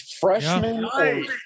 freshman